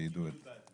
שידעו את זה.